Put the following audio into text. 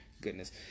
Goodness